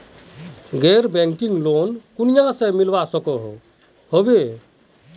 गैर banking loan कुनियाँ से मिलवा सकोहो होबे?